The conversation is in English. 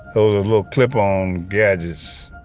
those are little clip on gadgets.